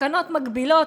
תקנות מגבילות,